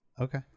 okay